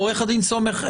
עורך הדין סומך,